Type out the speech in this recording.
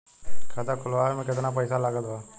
खाता खुलावे म केतना पईसा लागत बा?